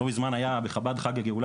לא מזמן היה בחב"ד חג הגאולה,